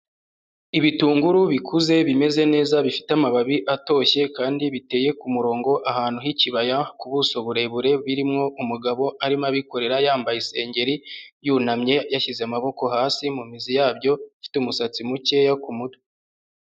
Ibitunguru bikuze, bimeze neza, bifite amababi atoshye kandi biteye ku murongo ahantu h'ikibaya, ku buso burebure, birimo umugabo arimo abikorera yambaye isengeri, yunamye, yashyize amaboko hasi mu mizi yabyo, afite umusatsi mukeya ku mutwe.